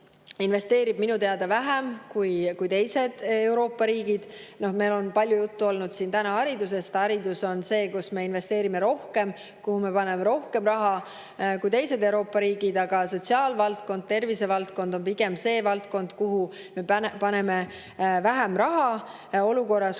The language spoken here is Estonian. investeerib minu teada tegelikult vähem kui teised Euroopa riigid. Meil on täna siin palju juttu olnud haridusest. Haridus on see, kuhu me investeerime rohkem, kuhu me paneme rohkem raha kui teised Euroopa riigid, aga sotsiaalvaldkond ja tervisevaldkond on pigem need valdkonnad, kuhu me paneme vähem raha olukorras,